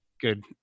Good